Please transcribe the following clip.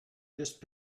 just